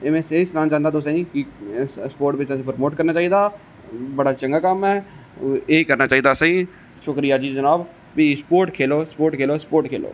एह में सनाना चाहंदा हा तुसें गी स्पोट बिच असेंगी स्पोट करना चाहिदा बड़ा चंगा कम्म ऐ एह गै तक्कना चाहिदा असेंगी शुक्रिया जी जनाब ते स्पोट खेलो स्पोट खेलो स्पोट खेलो